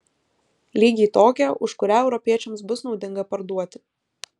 lygiai tokią už kurią europiečiams bus naudinga parduoti